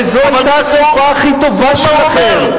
הרי זאת היתה התקופה הכי טובה שלכם.